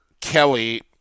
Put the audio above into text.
Kelly